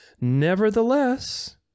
Nevertheless